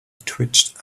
twitched